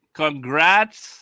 congrats